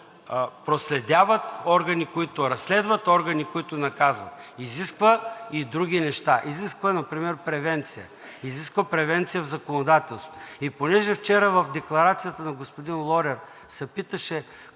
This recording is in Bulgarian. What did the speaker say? които проследяват, органи, които разследват, органи, които наказват, изисква и други неща. Изисква например превенция, изисква превенция в законодателството. И понеже вчера в декларацията на господин Лорер се питаше